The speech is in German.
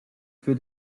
für